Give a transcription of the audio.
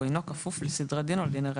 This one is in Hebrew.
והוא אינו כפוף לסדרי דין או לדיני ראיות.